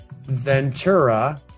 Ventura